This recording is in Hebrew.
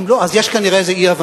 אם לא, אז יש כנראה איזה אי-הבנה.